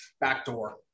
Backdoor